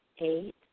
eight